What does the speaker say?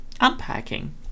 unpacking